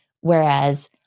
Whereas